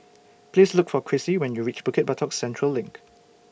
Please Look For Crissie when YOU REACH Bukit Batok Central LINK